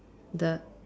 the